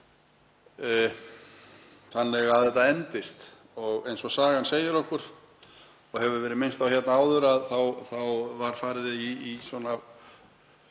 þannig að þetta endist. Eins og sagan segir okkur og hefur verið minnst á hér áður var farið í svona